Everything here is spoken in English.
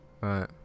Right